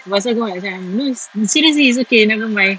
lepas tu aku cakap no seriously it's okay nevermind